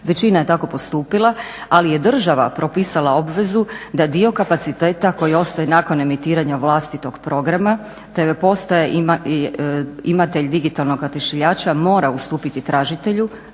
Većina je tako postupila ali je država propisala obvezu da dio kapaciteta koji ostaje nakon emitiranja vlastitog programa TV postaje imatelj digitalnog odašiljača mora ustupiti tražitelju,